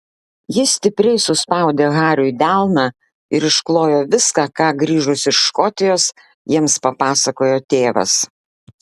ji stipriai suspaudė hariui delną ir išklojo viską ką grįžus iš škotijos jiems papasakojo tėvas